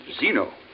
Zeno